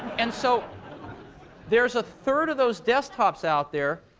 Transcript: and so there is a third of those desktops out there